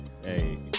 Hey